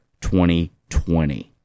2020